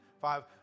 five